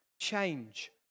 change